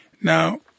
Now